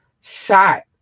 shot